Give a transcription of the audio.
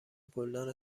گلدان